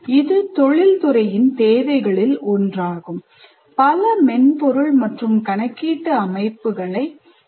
இது தொழில்துறையின் தேவைகளில் ஒன்றாகும் பல மென்பொருள் மற்றும் கணக்கீட்டு அமைப்புகளைக் கற்றுக்கொள்ளுங்கள்